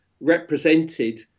represented